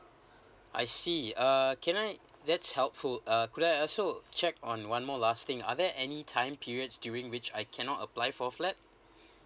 I see uh can I that's helpful uh could I also check on one more last thing are there any time periods during which I cannot apply for flat